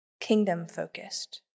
kingdom-focused